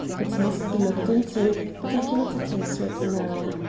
it must be looked into, but i cannot attend to it now.